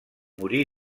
morí